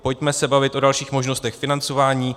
Pojďme se bavit o dalších možnostech financování.